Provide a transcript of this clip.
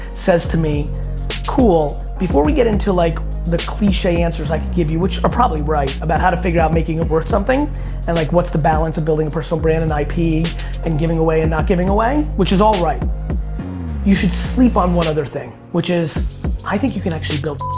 says to me cool, before we get into like the cliche answers i could give you, which are probably right about how to figure out making it worth something and like what's the balance of building a personal brand and ip and giving away and not giving away which is all right you should sleep on one other thing. which is i think you can actually build